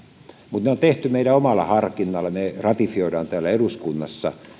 mutta ne on tehty meidän omalla harkinnallamme ne ratifioidaan täällä eduskunnassa